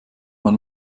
man